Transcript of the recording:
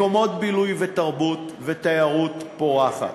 מקומות בילוי ותרבות ותיירות פורחת.